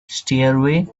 stairway